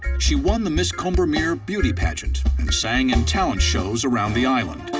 she won the miss combermere beauty pageant and sang in talent shows around the island.